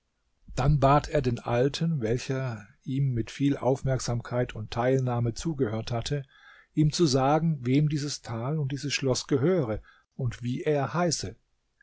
dann bat er den alten welcher ihm mit viel aufmerksamkeit und teilnahme zugehört hatte ihm zu sagen wem dieses tal und dieses schloß gehöre und wie er heiße